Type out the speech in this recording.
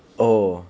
oh